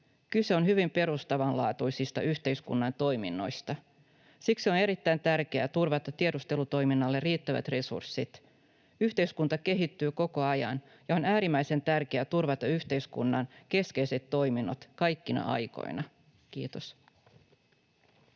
Kyse on hyvin perustavanlaatuisista yhteiskunnan toiminnoista. Siksi on erittäin tärkeää turvata tiedustelutoiminnalle riittävät resurssit. Yhteiskunta kehittyy koko ajan, ja on äärimmäisen tärkeää turvata yhteiskunnan keskeiset toiminnot kaikkina aikoina. — Kiitos.